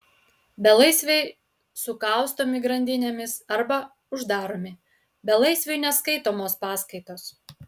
belaisviai sukaustomi grandinėmis arba uždaromi belaisviui neskaitomos paskaitos